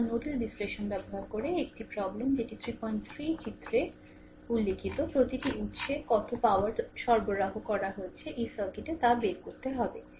তারপরে নোডাল বিশ্লেষণ ব্যবহার করে অন্য একটি প্রব্লেম যেটি 33 চিত্রে উল্লিখিত প্রতিটি উৎসে কত পাওয়া দরবরাহ হয়েছে এই সার্কিটে তা বের করতে হবে